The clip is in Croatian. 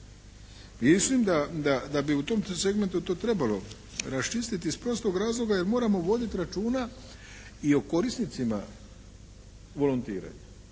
Mislim da bi u tom segmentu to trebalo raščistiti iz prostog razloga jer moramo voditi računa i o korisnicima volontiranja.